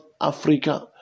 Africa